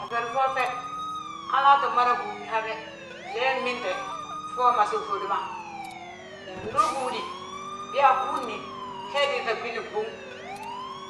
A feri foofe halaa tti mada gúudni habe, flee mbinte fo umasi frudi ma. Yaa ndu ugúudi, biyaa, a gúudne he biiŧa gwili mbúŋ.